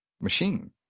machine